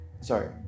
sorry